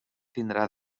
tindrà